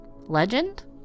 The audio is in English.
Legend